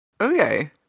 Okay